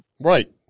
Right